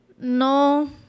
no